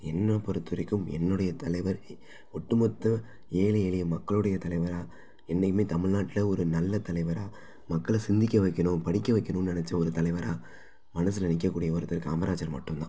என்னைப் பொறுத்த வரைக்கும் என்னுடைய தலைவர் ஒட்டுமொத்த ஏழி எளிய மக்களுடைய தலைவராக என்றைக்குமே தமிழ்நாட்டில் ஒரு நல்ல தலைவராக மக்களை சிந்திக்க வைக்கணும் படிக்க வைக்கணுன்னு நினச்ச ஒரு தலைவராக மனதுல நிற்கக்கூடிய ஒருத்தர் காமராஜர் மட்டும் தான்